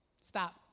stop